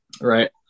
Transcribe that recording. right